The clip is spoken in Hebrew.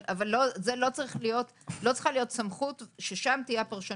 אבל לא צריכה להיות סמכות ששם תהיה הפרשנות.